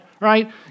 right